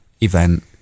event